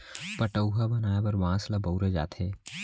पठअउवा बनाए बर बांस ल बउरे जाथे